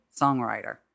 songwriter